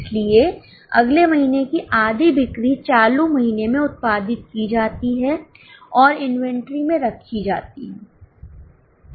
इसलिए अगले महीने की आधी बिक्री चालू महीने में उत्पादित की जाती है और इन्वेंट्री में रखी जाती है